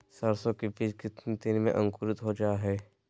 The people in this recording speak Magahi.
सरसो के बीज कितने दिन में अंकुरीत हो जा हाय?